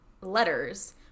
letters